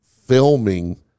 filming